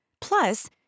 Plus